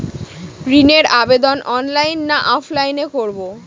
ঋণের আবেদন অনলাইন না অফলাইনে করব?